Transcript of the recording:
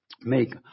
make